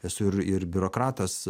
esu ir ir biurokratas